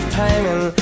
timing